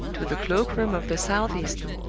to the cloak-room of the southeastern,